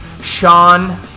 Sean